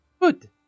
good